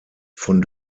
von